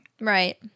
Right